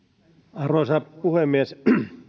arvoisa puhemies